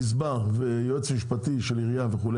גזבר ויועץ משפטי של עירייה וכו',